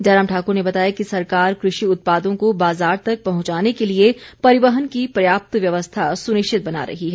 जयराम ठाकुर ने बताया कि सरकार कृषि उत्पादों को बाज़ार तक पहुंचाने के लिए परिवहन की पर्याप्त व्यवस्था सुनिश्चित बना रही है